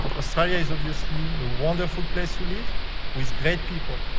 australia is obviously a wonderful place to live with great people,